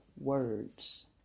words